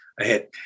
ahead